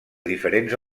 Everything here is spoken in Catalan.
diferents